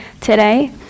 today